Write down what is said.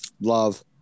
love